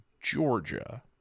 georgia